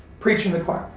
preaching to the choir.